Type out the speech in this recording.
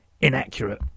inaccurate